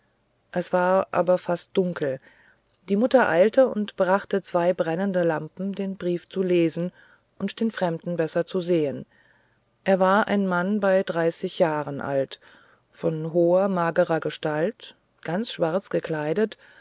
es war aber fast dunkel die mutter eilte und brachte zwei brennende lampen den brief zu lesen und den fremden besser zu sehen er war ein mann bei dreißig jahre alt von hoher magerer gestalt ganz schwarz gekleidet